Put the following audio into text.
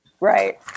Right